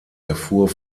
erfuhr